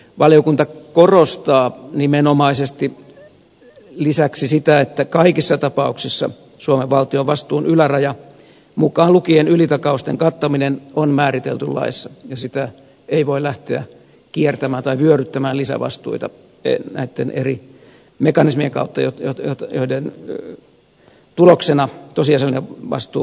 valiokunta korostaa nimenomaisesti lisäksi sitä että kaikissa tapauksissa suomen valtion vastuun yläraja mukaan lukien ylitakausten kattaminen on määritelty laissa ja sitä ei voi lähteä kiertämään tai vyöryttämään lisävastuita näitten eri mekanismien kautta joiden tuloksena tosiasiallinen vastuu voisi kasvaa